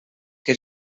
que